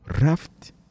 raft